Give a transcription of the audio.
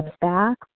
back